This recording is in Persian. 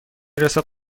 رسد